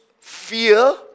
fear